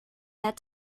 that